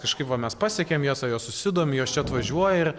kažkaip va mes pasiekiam jas o jos susidomi jos čia atvažiuoja ir